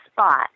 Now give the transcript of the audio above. spot